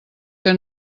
que